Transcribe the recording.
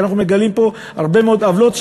אנחנו מגלים פה הרבה מאוד עוולות,